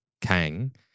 Kang